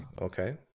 Okay